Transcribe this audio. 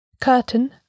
Curtain